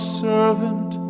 servant